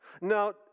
Now